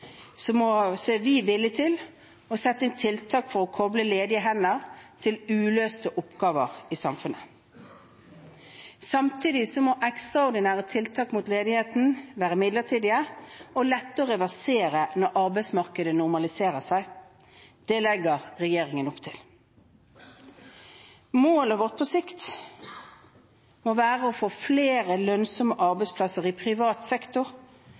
er vi villig til å sette inn tiltak for å koble ledige hender til uløste oppgaver i samfunnet. Samtidig må ekstraordinære tiltak mot ledigheten være midlertidige og lette å reversere når arbeidsmarkedet normaliserer seg. Det legger regjeringen opp til. Målet vårt på sikt må være å få flere lønnsomme arbeidsplasser i privat sektor,